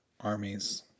Armies